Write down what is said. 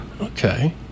Okay